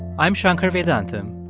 i'm shankar vedantam,